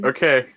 Okay